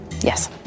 Yes